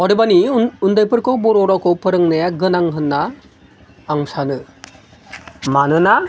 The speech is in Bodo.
अदेबानि उन्दैफोरखौ बर' रावखौ फोरोंनाया गोनां होनना आं सानो मानोना